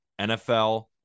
NFL